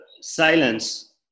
silence